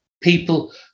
people